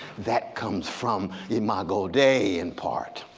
that comes from imago dei in part,